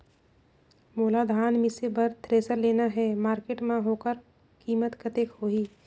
मोला धान मिसे बर थ्रेसर लेना हे मार्केट मां होकर कीमत कतेक होही?